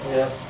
yes